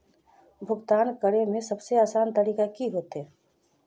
भुगतान करे में सबसे आसान तरीका की होते?